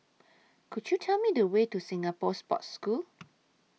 Could YOU Tell Me The Way to Singapore Sports School